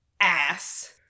ass